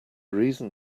reason